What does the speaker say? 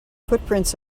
footprints